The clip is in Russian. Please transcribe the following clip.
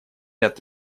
ряд